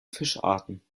fischarten